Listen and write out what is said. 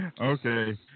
Okay